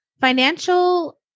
financial